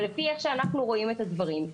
אבל לפי איך שאנחנו רואים את הדברים,